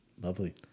lovely